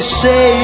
say